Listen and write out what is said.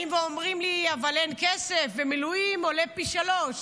באים ואומרים לי: אבל אין כסף ומילואים עולה פי-שלושה.